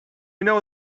know